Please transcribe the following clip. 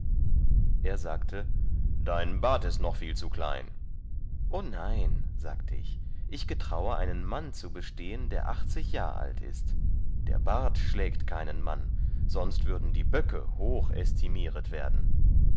er sagte dein bart ist noch viel zu klein o nein sagte ich ich getraue einen mann zu bestehen der achtzig jahr alt ist der bart schlägt keinen mann sonst würden die böcke hoch ästimieret werden